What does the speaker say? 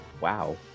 wow